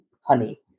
honey